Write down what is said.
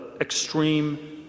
extreme